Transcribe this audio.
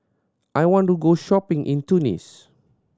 I want to go shopping in Tunis